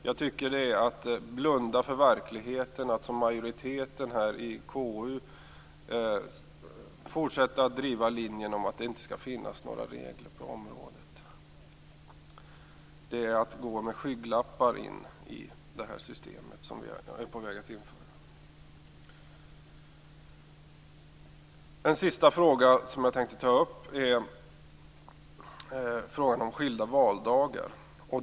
Jag tycker att det är att blunda för verkligheten att som majoriteten här i KU fortsätta att driva linjen att det inte skall finnas några regler på området. Det är att gå med skygglappar in i det system som vi är på väg att införa. Det sista som jag tänkte ta upp är frågan om skilda valdagar.